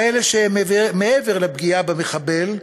כאלה שהם מעבר לפגיעה במחבל,